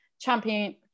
champion